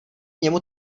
němu